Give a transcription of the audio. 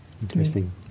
Interesting